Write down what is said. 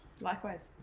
Likewise